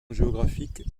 géographique